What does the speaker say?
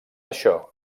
això